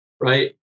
Right